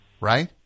Right